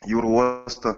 jūrų uostą